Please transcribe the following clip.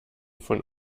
von